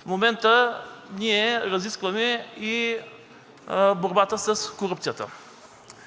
в момента ние разискваме и борбата с корупцията.